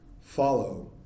follow